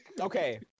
Okay